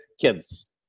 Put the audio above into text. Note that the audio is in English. kids